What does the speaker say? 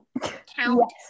count